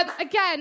Again